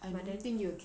but then